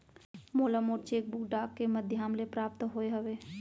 मोला मोर cheque book डाक के मध्याम ले प्राप्त होय हवे